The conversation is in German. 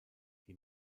die